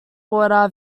water